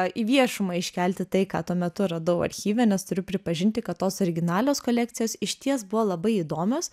į viešumą iškelti tai ką tuo metu radau archyve nes turiu pripažinti kad tos originalios kolekcijos išties buvo labai įdomios